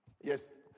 Yes